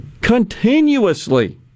continuously